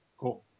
Cool